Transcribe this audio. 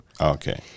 Okay